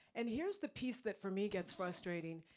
and here's the piece that for me, gets frustrating,